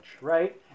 right